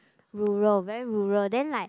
rural very rural then like